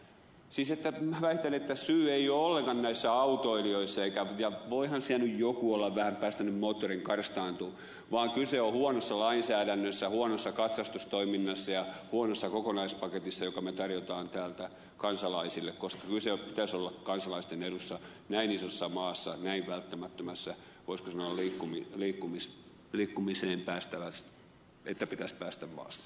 siis väitän että syy ei ole ollenkaan näissä autoilijoissa voihan siellä nyt joku olla vähän päästänyt moottorin karstaantumaan vaan syy on huonossa lainsäädännössä huonossa katsastustoiminnassa ja huonossa kokonaispaketissa joka tarjotaan täältä kansalaisille koska kyseen pitäisi olla kansalaisten edusta näin isossa maassa näin välttämättömässä koskela liikkuu liikkumis liikkumisen estävät etätyöstä estemaksu